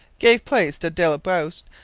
gave place to d'ailleboust.